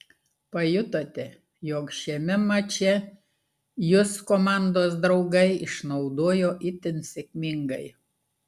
pajutote jog šiame mače jus komandos draugai išnaudojo itin sėkmingai